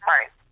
Right